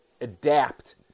adapt